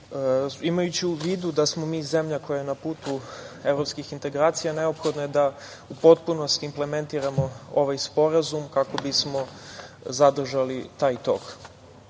i vidu da smo mi zemlja koja je na putu evropskih integracija, neophodno je da u potpunosti implementiramo ovaj sporazum, kako bismo zadržali taj tok.S